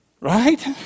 Right